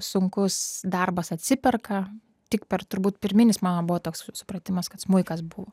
sunkus darbas atsiperka tik per turbūt pirminis mano buvo toks supratimas kad smuikas buvo